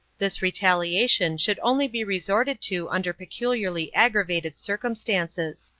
this retaliation should only be resorted to under peculiarly aggravated circumstances.